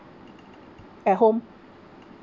at home